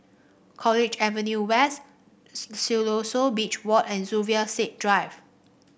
College Avenue West Siloso Beach Walk and Zubir Said Drive